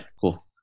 cool